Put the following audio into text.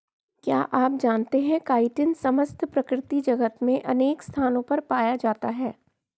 क्या आप जानते है काइटिन समस्त प्रकृति जगत में अनेक स्थानों पर पाया जाता है?